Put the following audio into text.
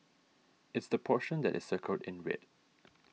it's the portion that is circled in red